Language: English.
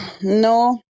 No